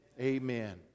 Amen